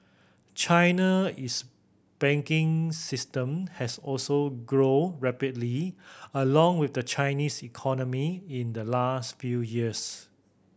China is banking system has also grown rapidly along with the Chinese economy in the last few years